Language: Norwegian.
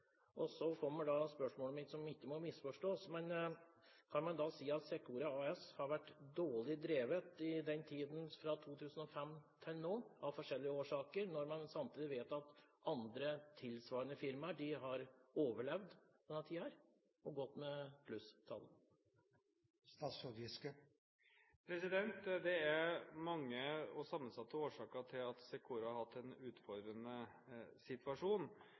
og så endte det opp med én kjøper. Så kommer spørsmålet mitt, som ikke må misforstås: Kan man da si at Secora AS av forskjellige årsaker har vært dårlig drevet i tiden fra 2005 og til nå, når man samtidig vet at andre tilsvarende firmaer har overlevd denne perioden og gått i pluss? Det er mange og sammensatte årsaker til at Secora har hatt en utfordrende situasjon.